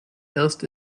erst